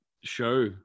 show